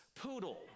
poodle